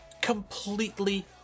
completely